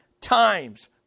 times